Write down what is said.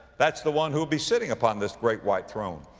that's the one who'll be sitting upon this great white throne.